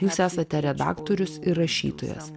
jūs esate redaktorius ir rašytojas